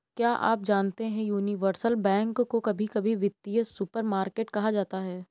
क्या आप जानते है यूनिवर्सल बैंक को कभी कभी वित्तीय सुपरमार्केट कहा जाता है?